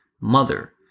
mother